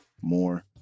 more